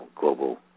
global